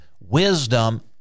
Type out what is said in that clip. wisdom